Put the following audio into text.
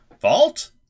Vault